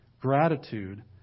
gratitude